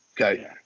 okay